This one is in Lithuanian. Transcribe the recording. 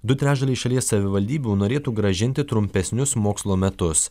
du trečdaliai šalies savivaldybių norėtų grąžinti trumpesnius mokslo metus